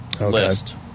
list